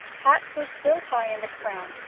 hats were still high in the crown,